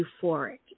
euphoric